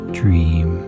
dream